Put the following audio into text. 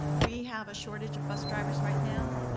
we have a shortage of bus drivers right now.